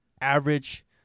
average